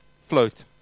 float